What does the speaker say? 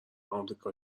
آمریکا